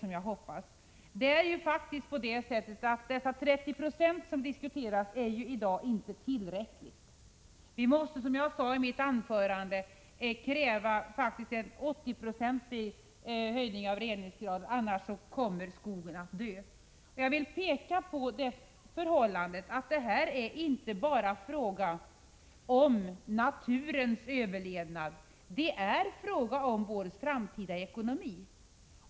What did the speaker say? Men de 30 20 som har diskuterats är i dag inte tillräckliga. Vi måste, som jag sade i mitt anförande, faktiskt ha en 80-procentig höjning av reningsgraden. Annars kommer skogen att dö. Jag vill peka på att det här inte bara är fråga om naturens överlevnad. Det är fråga om vår framtida ekonomi.